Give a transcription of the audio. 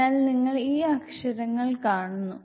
അതിനാൽ നിങ്ങൾ ഈ അക്ഷരങ്ങൾ കാണുന്നു